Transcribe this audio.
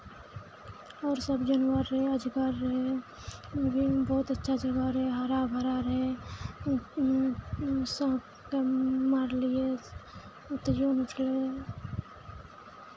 आओर सभ जानवर रहै अजगर रहै ओ भी बहुत अच्छा जगह रहै हरा भरा रहै साँपकेँ मारलियै तैयो उछलै